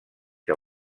que